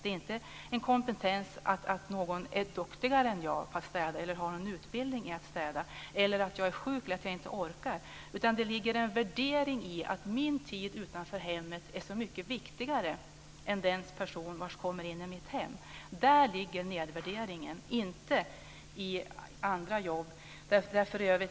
Det är inte en kompetens som innebär att någon är duktigare än jag på att städa eller har en utbildning i att städa. Det är inte heller så att jag är sjuk eller inte orkar. Det ligger en värdering i att min tid utanför hemmet är så mycket viktigare än den persons tid som kommer in i mitt hem. Däri ligger nedvärderingen, inte i andra jobb.